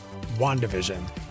WandaVision